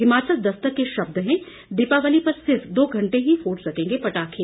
हिमाचल दस्तक के शब्द हैं दिवाली पर सिर्फ दो घंटे ही फोड़ सकेंगे पटाखे